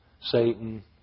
Satan